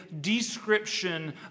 description